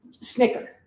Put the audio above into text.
snicker